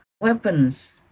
weapons